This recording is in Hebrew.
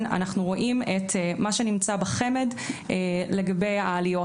אנחנו רואים את מה שנמצא בחמד לגבי העליות.